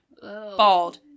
Bald